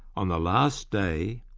on the last day,